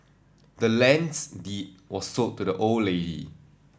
the land's deed was sold to the old lady